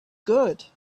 good